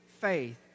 faith